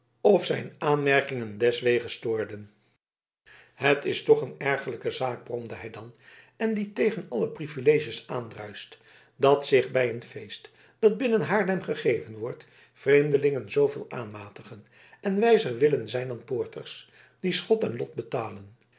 of aanmerkingen deswege stoorden het is toch een ergerlijke zaak bromde hij dan en die tegen alle privileges aandruist dat zich bij een feest dat binnen haarlem gegeven wordt vreemdelingen zooveel aanmatigen en wijzer willen zijn dan poorters die schot en lot betalen